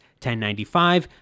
1095